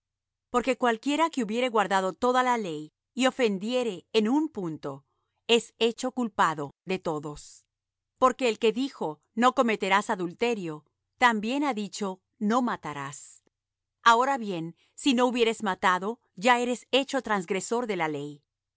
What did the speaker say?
porque cualquiera que hubiere guardado toda la ley y ofendiere en un punto es hecho culpado de todos porque el que dijo no cometerás adulterio también ha dicho no matarás ahora bien si no hubieres matado ya eres hecho transgresor de la ley